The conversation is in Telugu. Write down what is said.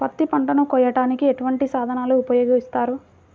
పత్తి పంటను కోయటానికి ఎటువంటి సాధనలు ఉపయోగిస్తారు?